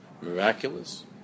Miraculous